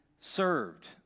served